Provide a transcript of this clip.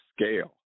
scale